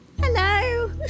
Hello